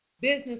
business